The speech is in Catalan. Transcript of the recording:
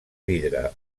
vidre